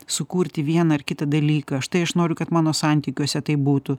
sukurti vieną ar kitą dalyką štai aš noriu kad mano santykiuose taip būtų